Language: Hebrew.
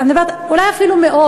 אולי אפילו מאות,